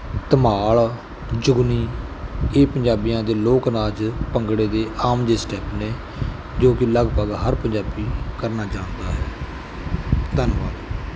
ਧਮਾਲ ਜੁਗਨੀ ਇਹ ਪੰਜਾਬੀਆਂ ਦੇ ਲੋਕ ਨਾਚ ਭੰਗੜੇ ਦੇ ਆਮ ਜਿਹੇ ਸਟੈਪ ਨੇ ਜੋ ਕਿ ਲਗਭਗ ਹਰ ਪੰਜਾਬੀ ਕਰਨਾ ਜਾਣਦਾ ਹੈ ਧੰਨਵਾਦ